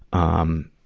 um,